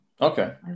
Okay